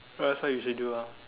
cause that's what I usually do ah